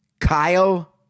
Kyle